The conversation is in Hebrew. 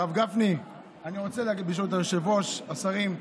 הרב גפני, ברשות היושב-ראש, השרים,